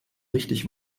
richtig